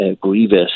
grievous